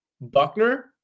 Buckner